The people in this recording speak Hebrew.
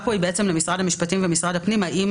יש פה שאלה למשרד המשפטים ולמשרד הפנים: האם